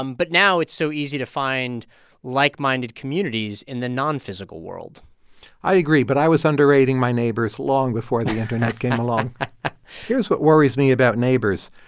um but now it's so easy to find like-minded communities in the nonphysical world i agree. but i was underrating my neighbors long before the internet came along here's what worries me about neighbors.